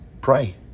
pray